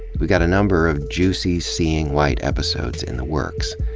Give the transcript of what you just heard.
we've got a number of juicy seeing white episodes in the works.